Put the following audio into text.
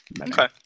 Okay